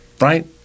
Right